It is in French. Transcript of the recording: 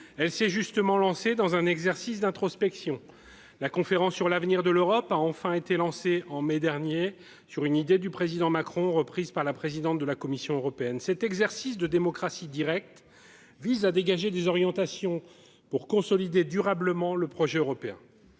Elle s'est justement lancée dans un exercice d'introspection. La Conférence sur l'avenir de l'Europe a enfin été lancée en mai dernier, sur une idée du président Macron, reprise par la présidente de la Commission européenne. Cet exercice de démocratie directe vise à dégager des orientations pour consolider durablement le projet européen.